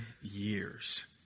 years